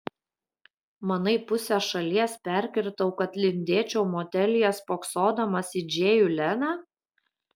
manai pusę šalies perkirtau kad lindėčiau motelyje spoksodamas į džėjų leną